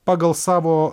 pagal savo